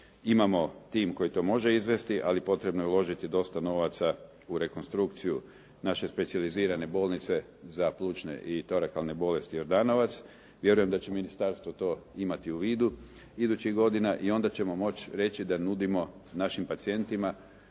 Imamo tim koji to može izvesti ali potrebno je uložiti dosta novaca u rekonstrukciju naše specijalizirane Bolnice za plućne i torakalne bolesti "Jordanovac". Vjerujem da će ministarstvo to imati u vidu idućih godina. I onda ćemo moći reći da nudimo našim pacijentima